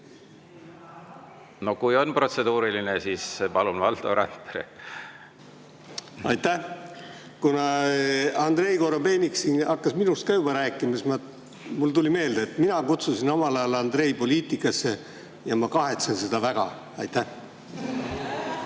No kui on protseduuriline, siis palun, Valdo Randpere! Aitäh! Kuna Andrei Korobeinik hakkas siin minust ka juba rääkima, siis mulle tuli meelde, et mina kutsusin omal ajal Andrei poliitikasse, ja ma kahetsen seda väga. Aitäh!